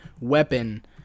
weapon